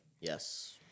Yes